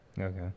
Okay